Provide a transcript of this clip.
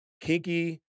Kinky